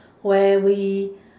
where we